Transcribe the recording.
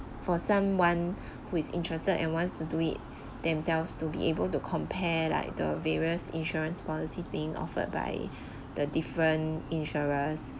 for someone who is interested and wants to do it themselves to be able to compare like the various insurance policies being offered by the different insurers